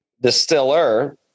distiller